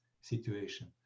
situation